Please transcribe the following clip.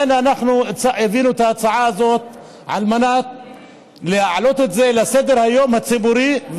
אנחנו הבאנו את ההצעה הזאת על מנת להעלות את זה על סדר-היום הציבורי,